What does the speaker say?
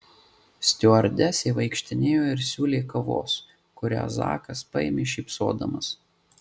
stiuardesė vaikštinėjo ir siūlė kavos kurią zakas paėmė šypsodamas